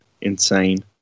Insane